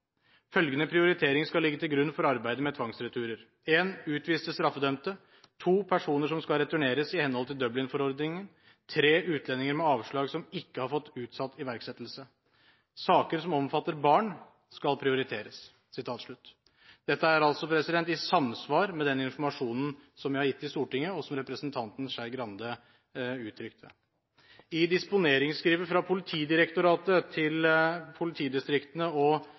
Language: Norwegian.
Følgende prioritering skal ligge til grunn for arbeidet med tvangsreturer: Utviste straffedømte. Personer som skal returneres i henhold til Dublin forordningen. Utlendinger med avslag som ikke har fått utsatt iverksettelse. Saker som omfatter barn skal prioriteres.» Dette er i samsvar med den informasjonen som jeg har gitt i Stortinget, og som representanten Skei Grande uttrykte. I disponeringsskrivet fra Politidirektoratet til politidistriktene